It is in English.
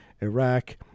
Iraq